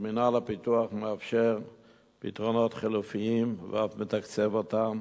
אז מינהל הפיתוח מאפשר פתרונות חלופיים ואף מתקצב אותם,